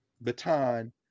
baton